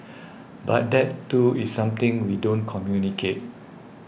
but that too is something we don't communicate